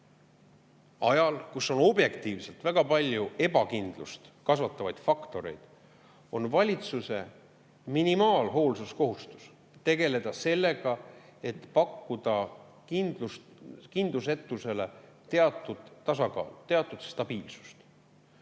Ajal, kui on objektiivselt väga palju ebakindlust kasvatavaid faktoreid, on valitsuse minimaalne hoolsuskohustus tegeleda sellega, et pakkuda kindlusetusele teatud tasakaalu, teatud stabiilsust.